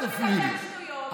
אתה מדבר שטויות.